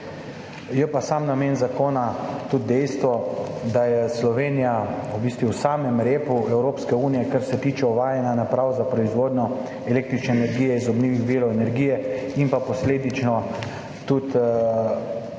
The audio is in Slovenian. je pa namen zakona tudi dejstvo, da je Slovenija v bistvu v samem repu Evropske unije, kar se tiče uvajanja naprav za proizvodnjo električne energije iz obnovljivih virov energije in pa posledično tudi pri